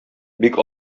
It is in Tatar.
бик